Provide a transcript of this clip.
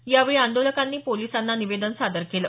यावेळी आंदोलकांनी पोलीसांना निवेदन सादर केलं